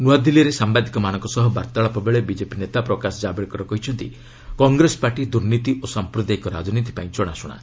ନୂଆଦିଲ୍ଲୀରେ ସାମ୍ବାଦିକମାନଙ୍କ ସହ ବାର୍ଭାଳପ ବେଳେ ବିଜେପି ନେତା ପ୍ରକାଶ ଜାଭଡେକର କହିଛନ୍ତି କଂଗ୍ରେସ ପାର୍ଟି ଦୁର୍ନୀତି ଓ ସାମ୍ପ୍ରଦାୟିକ ରାଜନୀତି ପାଇଁ ଜଣାଶୁଣା